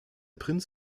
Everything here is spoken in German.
prinz